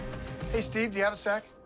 hey, steve, do you have a sec?